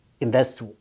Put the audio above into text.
invest